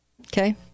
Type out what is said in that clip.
Okay